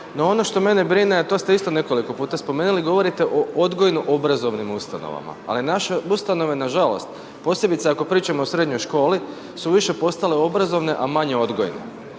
no ono što mene brine, a to ste isto nekoliko puta spomenuli, govorite o odgojno-obrazovnim ustanovama, ali naše ustanove na žalost, posebice ako pričamo o srednjoj školi su više postale obrazovne, a manje odgojne.